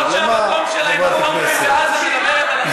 חברת הכנסת תומא סלימאן, באמת, נו.